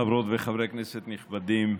חברות וחברי כנסת נכבדים,